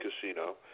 Casino